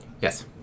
Yes